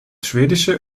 schwedische